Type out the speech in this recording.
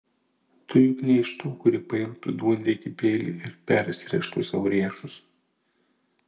tu juk ne iš tų kuri paimtų duonriekį peilį ir persirėžtų sau riešus